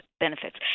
benefits